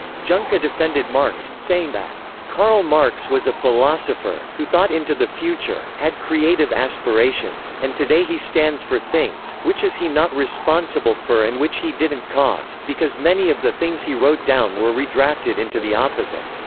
juncker defended marx, saying that karl marx was a philosopher, who thought into the future, had creative aspirations, and today he stands for things, which is he not responsible for and which he didn't cause, because many of the things he wrote down were redrafted into the opposite.